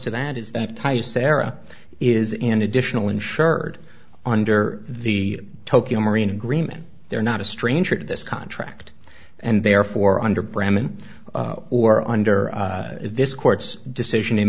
to that is that tai you sara is an additional insured under the tokio marine agreement they're not a stranger to this contract and therefore under bremen or under this court's decision in